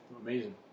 amazing